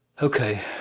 okay,